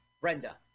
Brenda